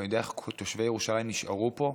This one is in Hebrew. אני יודע איך תושבי ירושלים נשארו פה,